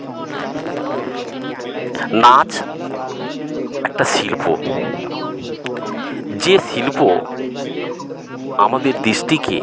নাচ একটা শিল্প যে শিল্প আমাদের দৃষ্টিকে